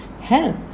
help